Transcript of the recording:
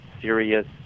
serious